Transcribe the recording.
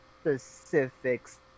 specifics